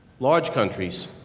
large countries